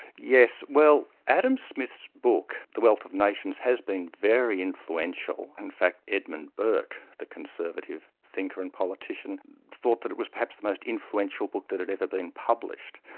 yes, well adam smith's smith's book, the wealth of nations, has been very influential. in fact edmund burke, the conservative thinker and politician thought that it was perhaps the most influential book that had ever been published.